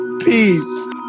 Peace